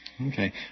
Okay